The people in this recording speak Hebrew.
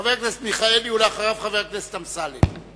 חבר הכנסת מיכאלי, ואחריו, חבר הכנסת אמסלם.